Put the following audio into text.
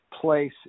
place